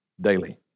daily